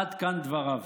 עד כאן דבריו.